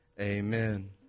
amen